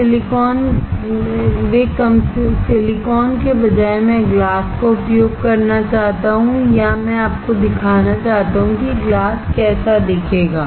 silicon के बजाय मैं ग्लास का उपयोग करना चाहता हूं या मैं आपको दिखाना चाहता हूं कि ग्लास कैसा दिखेगा